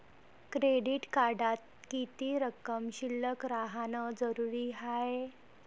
Credit कार्डात किती रक्कम शिल्लक राहानं जरुरी हाय?